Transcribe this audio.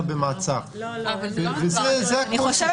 אני חושב